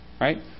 Right